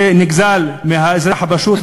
זה נגזל מהאזרח הפשוט.